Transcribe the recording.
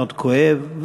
מאוד כואב.